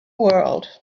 world